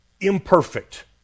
imperfect